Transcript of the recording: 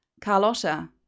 Carlotta